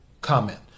comment